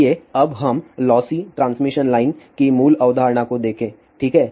आइए अब हम लॉसी ट्रांसमिशन लाइन की मूल अवधारणा को देखें ठीक है